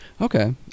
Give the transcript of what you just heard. Okay